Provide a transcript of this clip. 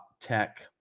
Tech